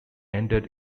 ended